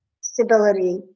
stability